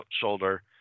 shoulder